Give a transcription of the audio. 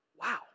Wow